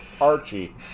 Archie